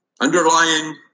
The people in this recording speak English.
Underlying